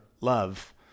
love